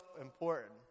important